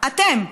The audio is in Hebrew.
אתם,